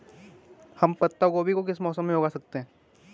हम पत्ता गोभी को किस मौसम में उगा सकते हैं?